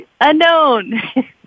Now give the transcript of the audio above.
Unknown